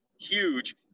huge